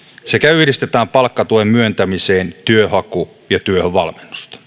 sekä yhdistämme palkkatuen myöntämiseen työnhaku ja työhönvalmennusta